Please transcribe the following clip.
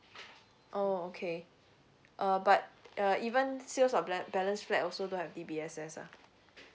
oh okay uh but uh even sales of like balance flat also to have D_B_S_S ah